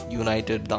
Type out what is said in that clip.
united